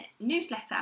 newsletter